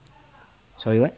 sorry what